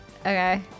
Okay